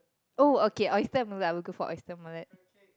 oh okay oyster-omelette I will go for oyster-omelette